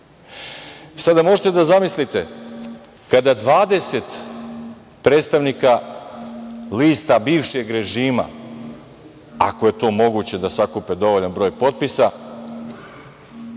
možete da zamislite kada 20 predstavnika lista bivšeg režima, ako je to moguće da sakupe dovoljan broj potpisa,